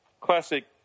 classic